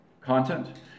content